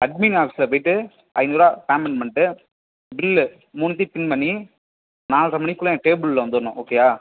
admin ஆஃபிஸில் போயிட்டு ஐந்நூறுபா பேமெண்ட் பண்ணிகிட்டு பில்லு மூணுத்தையும் பின் பண்ணி நாலரை மணிக்குள்ளே என் டேபிளில் வந்துடணும் ஓகேயா